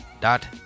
dot